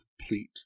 complete